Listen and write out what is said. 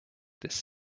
this